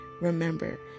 Remember